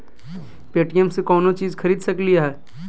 Paytm से कौनो चीज खरीद सकी लिय?